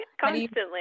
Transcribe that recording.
Constantly